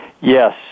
Yes